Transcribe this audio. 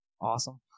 awesome